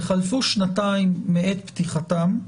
וחלפו שנתיים מעת פתיחתם,